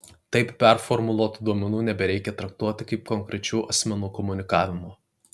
taip performuluotų duomenų nebereikia traktuoti kaip konkrečių asmenų komunikavimo